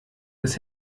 das